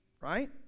right